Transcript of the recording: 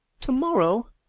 Tomorrow